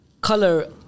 color